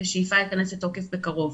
שבשאיפה ייכנס לתוקף בקרוב,